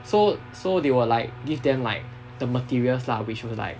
so so they will like give them like the materials lah which was like